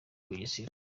bugesera